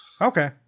Okay